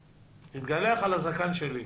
תתגלח על הזקן שלי,